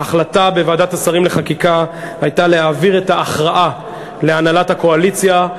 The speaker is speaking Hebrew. ההחלטה בוועדת השרים לחקיקה הייתה להעביר את ההכרעה להנהלת הקואליציה,